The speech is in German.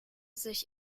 sich